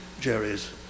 Jerry's